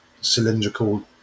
cylindrical